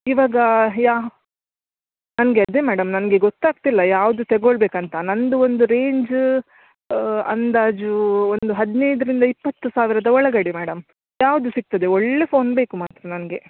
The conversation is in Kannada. ಇವಾಗ ಯ ನನಗೆ ಅದೇ ಮೇಡಮ್ ನನಗೆ ಗೊತ್ತಾಗ್ತಿಲ್ಲ ಯಾವುದು ತಗೋಳ್ಬೇಕು ಅಂತ ನನ್ದು ಒಂದು ರೇಂಜ್ ಅಂದಾಜು ಒಂದು ಹದಿನೈದರಿಂದ ಇಪ್ಪತ್ತು ಸಾವಿರದ ಒಳಗಡೆ ಮೇಡಮ್ ಯಾವ್ದು ಸಿಗ್ತದೆ ಒಳ್ಳೇ ಫೋನ್ ಬೇಕು ಮಾತ್ರ ನನಗೆ